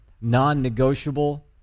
non-negotiable